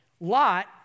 Lot